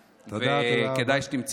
כדאי שתמצאי תיק מהר,